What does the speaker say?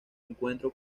encuentro